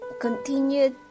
continued